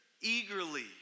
eagerly